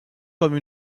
comme